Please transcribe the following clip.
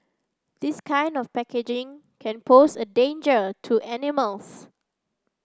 this kind of packaging can pose a danger to animals